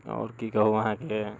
आओर की कहू अहाँकेँ